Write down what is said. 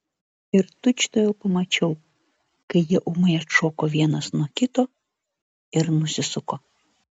ir tučtuojau pamačiau kai jie ūmai atšoko vienas nuo kito ir nusisuko